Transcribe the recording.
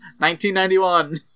1991